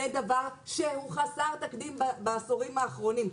זה דבר שהוא חסר תקדים בעשורים האחרונים,